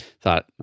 thought